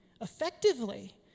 effectively